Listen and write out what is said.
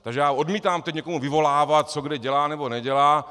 Takže já odmítám teď někoho vyvolávat, co dělá, nebo nedělá.